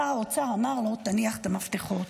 שר האוצר אמר לו: תניח את המפתחות.